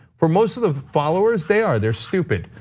for most of the followers, they are, they're stupid,